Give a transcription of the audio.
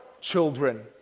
children